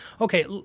Okay